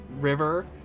river